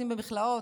לשים במכלאות,